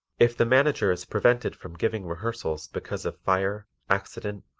if the manager is prevented from giving rehearsals because of fire, accident,